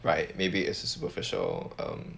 like maybe it's a superficial um